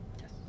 Yes